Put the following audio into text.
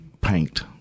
paint